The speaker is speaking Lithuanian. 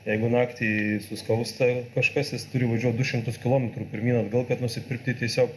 jeigu naktį suskausta kažkas jis turi važiuot du šimtus kilometrų pirmyn kad nusipirkti tiesiog